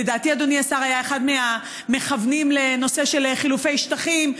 לדעתי אדוני השר היה אחד מהמכוונים לנושא של חילופי שטחים,